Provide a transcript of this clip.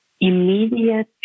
immediate